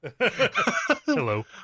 Hello